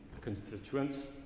constituents